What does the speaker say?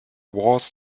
wars